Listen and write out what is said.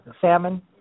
salmon